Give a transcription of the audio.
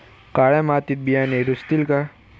काळ्या मातीत बियाणे रुजतील का?